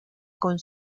con